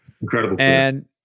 Incredible